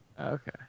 Okay